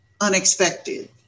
unexpected